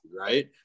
right